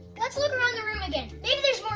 let's look around the room again, maybe there's